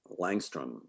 Langstrom